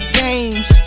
games